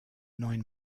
nine